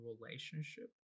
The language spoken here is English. relationship